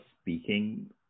speaking